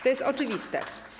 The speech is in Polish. To jest oczywiste.